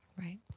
Right